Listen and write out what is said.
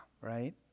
right